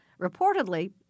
Reportedly